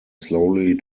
slowly